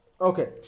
Okay